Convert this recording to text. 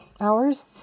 hours